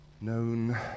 Known